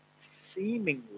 seemingly